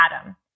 Adam